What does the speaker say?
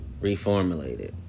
reformulated